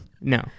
No